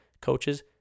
coaches